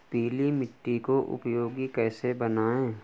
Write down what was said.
पीली मिट्टी को उपयोगी कैसे बनाएँ?